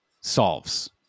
solves